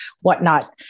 whatnot